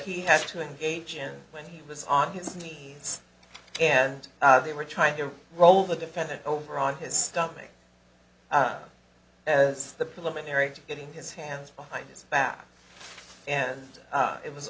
he has to engage and when he was on his knees and they were trying to roll the defendant over on his stomach as the preliminary to getting his hands behind his back and it was